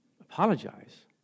Apologize